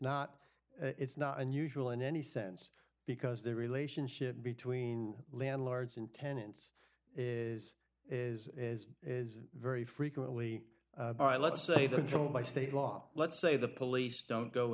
not it's not unusual in any sense because the relationship between landlords and tenants is is is is very frequently by let's say the drawn by state law let's say the police don't go